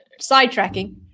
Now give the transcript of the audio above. Sidetracking